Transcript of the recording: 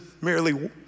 merely